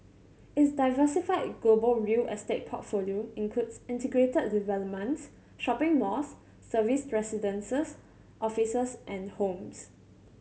its diversified global real estate portfolio includes integrated developments shopping malls serviced residences offices and homes